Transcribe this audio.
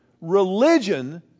Religion